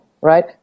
right